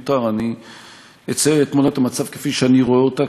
אני אצייר את תמונת המצב כפי שאני רואה אותה,